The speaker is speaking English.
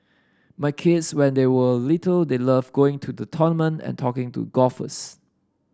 my kids when they were little they loved going to to tournament and talking to golfers